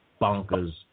bonkers